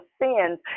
sins